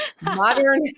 Modern